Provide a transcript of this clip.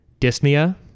dyspnea